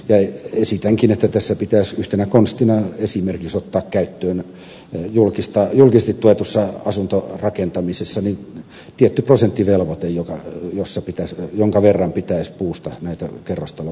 esitänkin että julkisesti tuetussa rakentamisessa pitäisi yhtenä konstina ottaa käyttöön esimerkiksi tietty prosenttivelvoite jonka verran pitäisi puusta kerrostaloja tuottaa